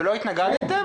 ולא התנגדתם?